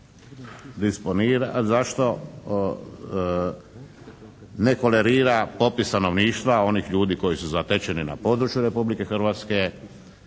zašto ne kolerira popis stanovništva onih ljudi koji su zatečeni na području Republike Hrvatske